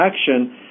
action